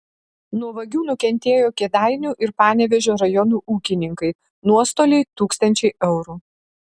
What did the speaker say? nuo vagių nukentėjo kėdainių ir panevėžio rajonų ūkininkai nuostoliai tūkstančiai eurų